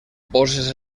poses